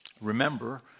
Remember